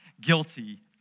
guilty